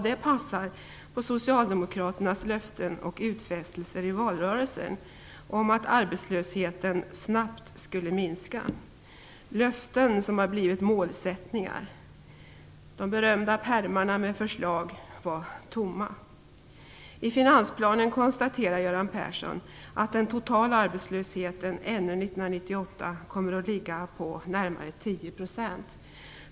Det passar på socialdemokraternas löften och utfästelser i valrörelsen om att arbetslösheten snabbt skulle minska. Det var löften som har blivit målsättningar. De berömda pärmarna med förslag var tomma. I finansplanen konstaterar Göran Persson att den totala arbetslösheten ännu 1998 kommer att ligga på närmare 10 %.